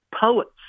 poets